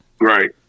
Right